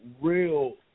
real